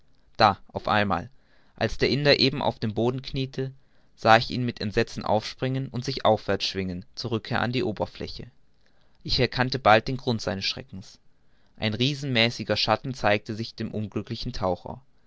da auf einmal als der indier eben auf dem boden knieete sah ich ihn mit entsetzen aufspringen und sich aufwärts schwingen zur rückkehr an die oberfläche ich erkannte bald den grund seines schreckens ein riesenmäßiger schatten zeigte sich über dem unglücklichen taucher